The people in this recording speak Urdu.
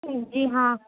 جی ہاں